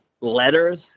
letters